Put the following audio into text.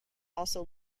also